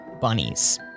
bunnies